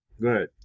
Good